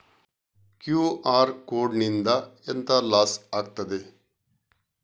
QR code ನಿಂದ ಎಂತ loss ಆಗ್ತದೆ?